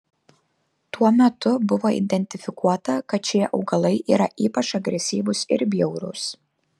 tuo metu buvo identifikuota kad šie augalai yra ypač agresyvūs ir bjaurūs